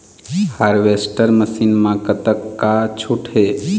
Harvester machine मा कतका छूट हे?